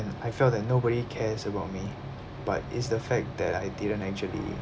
and I felt that nobody cares about me but it's the fact that I didn't actually